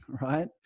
right